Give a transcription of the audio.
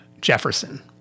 Jefferson